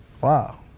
wow